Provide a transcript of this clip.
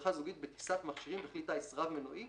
הדרכה זוגית בטיסת מכשירים בכלי טיס רב-מנועי